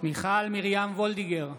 מיכל מרים וולדיגר,